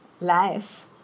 life